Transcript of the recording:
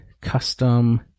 custom